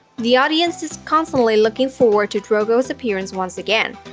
the audience is constantly looking forward to drogo's appearance once again.